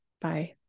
Bye